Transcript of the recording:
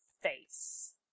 face